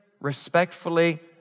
respectfully